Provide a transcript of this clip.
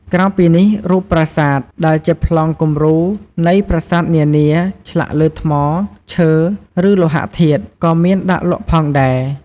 ក្រៅពីនេះ រូបប្រាសាទ ដែលជាប្លង់គំរូនៃប្រាសាទនានា ឆ្លាក់លើថ្ម ឈើ ឬលោហៈធាតុ ក៏មានដាក់លក់ផងដែរ។